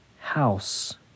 house